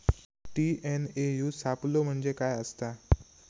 TNAU सापलो म्हणजे काय असतां?